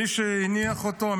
מי שהניח אותו,